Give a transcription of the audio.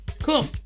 cool